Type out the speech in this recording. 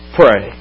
pray